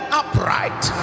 upright